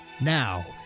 Now